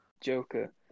Joker